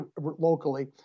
locally